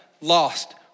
lost